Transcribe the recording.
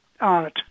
Art